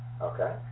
Okay